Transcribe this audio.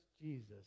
Jesus